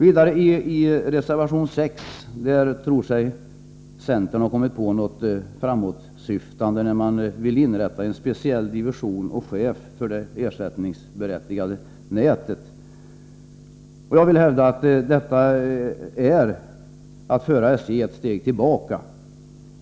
I reservation 6 tror sig centern ha kommit på något framåtsyftande när man vill inrätta en speciell division och chef för det ersättningsberättigade nätet. Jag hävdar att det är ett sätt att föra SJ ett steg tillbaka.